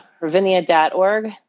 ravinia.org